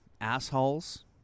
assholes